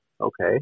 Okay